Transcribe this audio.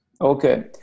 Okay